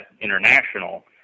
international